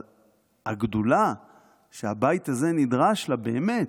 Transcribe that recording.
אבל הגדולה שהבית הזה נדרש לה באמת,